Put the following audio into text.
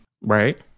right